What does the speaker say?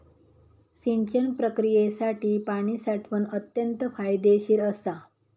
सिंचन प्रक्रियेसाठी पाणी साठवण अत्यंत फायदेशीर असा